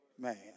man